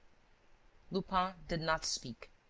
lupin did not speak.